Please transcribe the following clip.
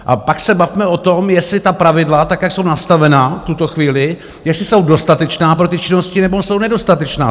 A pak se bavme o tom, jestli ta pravidla tak jsou nastavená v tuto chvíli, jestli jsou dostatečná pro ty činnosti, nebo jsou nedostatečná.